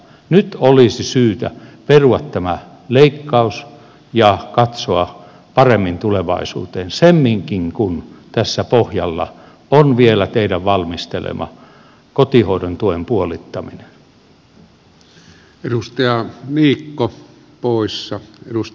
nyt olisi syytä perua tämä leikkaus ja katsoa paremmin tulevaisuuteen semminkin kun tässä pohjalla on vielä teidän valmistelemanne kotihoidon tuen puolittaminen